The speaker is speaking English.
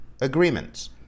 agreements